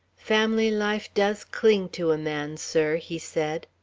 family life does cling to a man, sir, he said.